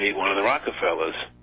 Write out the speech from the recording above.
one of the rockefellers?